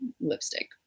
lipstick